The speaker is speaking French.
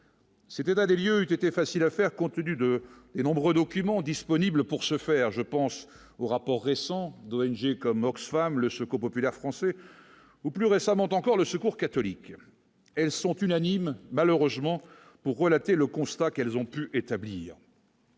C'était pas des lieux qui était facile à faire, continue de nombreux documents disponibles pour ce faire, je pense aux rapports récents d'ONG comme Oxfam, le Secours populaire français ou, plus récemment encore, le Secours catholique, elles sont unanimes : malheureusement pour relater le constat qu'elles ont pu établir.